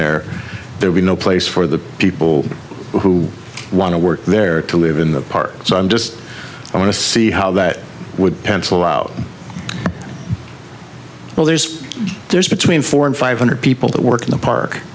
there they'll be no place for the people who want to work there to live in the park so i just want to see how that would pencil out well there's there's between four and five hundred people that work in the park